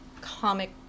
comic